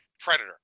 Predator